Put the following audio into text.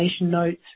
notes